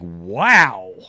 wow